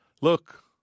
Look